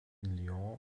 lyon